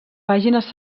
pàgines